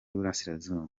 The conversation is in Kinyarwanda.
burasirazuba